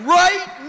right